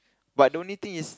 but the only thing is